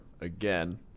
again